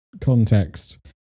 context